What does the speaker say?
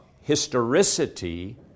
historicity